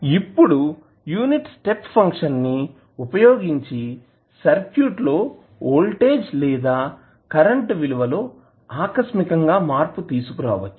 ఇప్పుడు unit step function ని వుపయోగించి సర్క్యూట్ లో వోల్టేజ్ లేదా కరెంటు విలువ లో ఆకస్మికంగా మార్పు తీసుకురావచ్చు